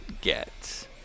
get